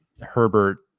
Herbert